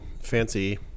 fancy